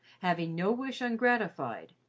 having no wish ungratified,